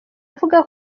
avuga